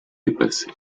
dépassé